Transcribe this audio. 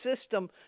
system